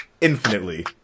Infinitely